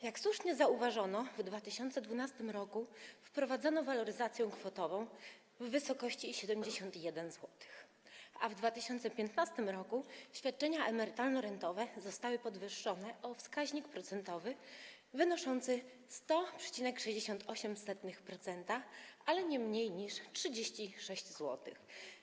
Jak słusznie zauważono, w 2012 r. wprowadzono waloryzację kwotową w wysokości 71 zł, a w 2015 r. świadczenia emerytalno-rentowe zostały podwyższone o wskaźnik procentowy wynoszący 100,68%, ale nie mniej niż o 36 zł.